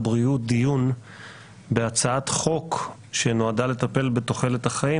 הבריאות דיון בהצעת חוק שנועדה לטפל בתוחלת החיים